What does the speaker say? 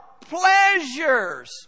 pleasures